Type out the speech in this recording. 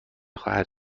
خواهد